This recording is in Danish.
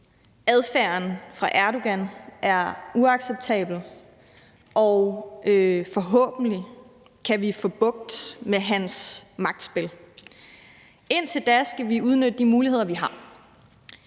Adfærden fra Erdogan er uacceptabel, og forhåbentlig kan vi få bugt med hans magtspil. Indtil da skal vi udnytte de muligheder, vi har,